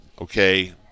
Okay